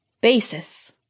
Basis